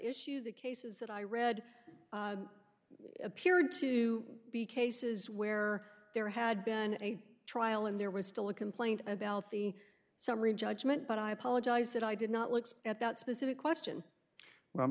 issue the cases that i read appeared to be cases where there had been a trial and there was still a complaint about the summary judgment but i apologize that i did not look at that specific question